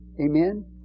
Amen